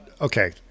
okay